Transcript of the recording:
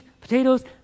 potatoes